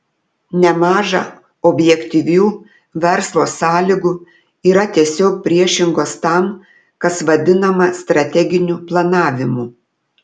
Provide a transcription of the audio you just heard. nemaža objektyvių verslo sąlygų yra tiesiog priešingos tam kas vadinama strateginiu planavimu